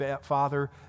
father